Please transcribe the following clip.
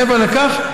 מעבר לכך,